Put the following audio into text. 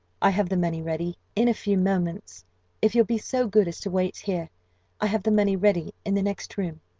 i have the money ready in a few moments if you'll be so good as to wait here i have the money ready in the next room.